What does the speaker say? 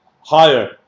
higher